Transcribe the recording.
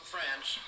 France